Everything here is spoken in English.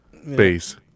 base